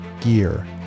gear